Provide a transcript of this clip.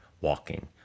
walking